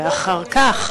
ואחר כך,